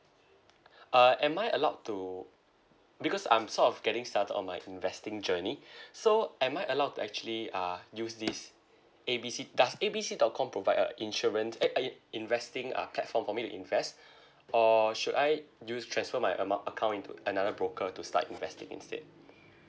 uh am I allowed to because I'm sort of getting started on my investing journey so am I allowed to actually uh use this A B C does A B C dot com provide a insurance eh uh i~ investing uh platform for me to invest or should I use transfer my amount account into another broker to start investing instead